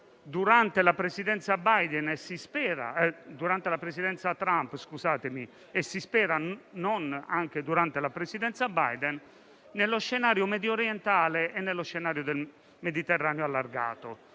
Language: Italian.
durante la presidenza Trump (e si spera non anche durante la presidenza Biden) nello scenario mediorientale e nello scenario del Mediterraneo allargato.